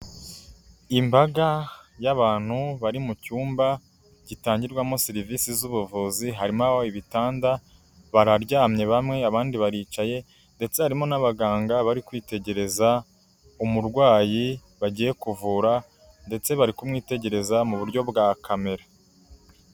Imbaga y'abantu bari mu cyumba gitangirwamo serivisi z'ubuvuzi, harimo aho ibitanda, bararyamye bamwe abandi baricaye, ndetse harimo n'abaganga bari kwitegereza umurwayi bagiye kuvura, ndetse bari kumwitegereza mu buryo bwa kamera.